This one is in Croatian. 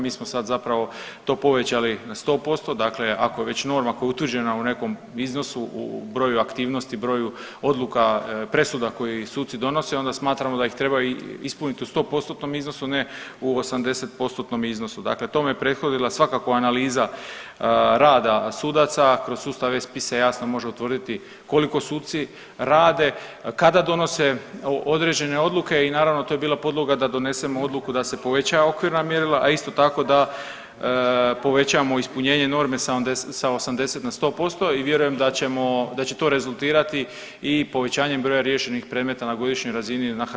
Mi smo sad zapravo to povećali na 100%, dakle ako je već norma koja je utvrđena u nekom iznosu, u broju aktivnosti, broju odluka, presuda koje suci donose onda smatramo da ih treba ispunit u 100%-tnom iznosu, a ne u 80%-tnom iznosu, dakle tome je prethodila svakako analiza rada sudaca, kroz sustav e-spisa jasno se može utvrditi koliko suci rade, kada donose određene odluke i naravno to je bila podloga da donesemo odluku da se poveća okvirna mjerila, a isto tako da povećamo ispunjenje norme sa 80 na 100% i vjerujem da ćemo, da će to rezultirati i povećanjem broja riješenih predmeta na godišnjoj razini na hrvatskim sudovima.